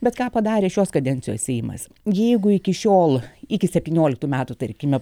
bet ką padarė šios kadencijos seimas jeigu iki šiol iki septynioliktų metų tarkime